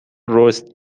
رست